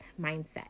mindset